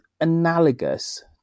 analogous